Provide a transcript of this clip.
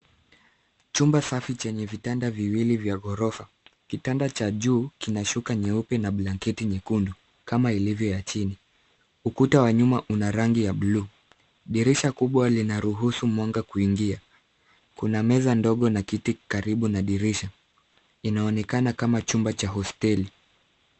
Chumba safi chenye vitanda viwili vya ghorofa. Kitanda cha juu kina shuka nyeupe na blanketi nyekundu kama ilivyo ya chini. Ukuta wa nyuma una rangi ya buluu. Dirisha kubwa linaruhusu mwanga kuingia. Kuna meza ndogo na kiti karibu na dirisha, inaonekana kama chumba cha hosteli.